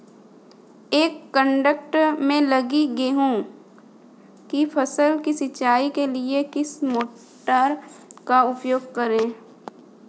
एक एकड़ में लगी गेहूँ की फसल की सिंचाई के लिए किस मोटर का उपयोग करें?